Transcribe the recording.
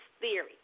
theory